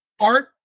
art